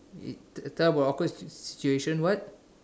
it tell about awkward situation what